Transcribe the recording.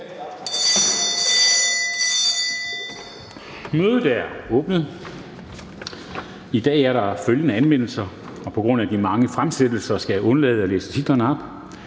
Mødet er åbnet. I dag er der følgende anmeldelser, og på grund af de mange fremsættelser skal jeg undlade at læse titlerne op: